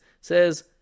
says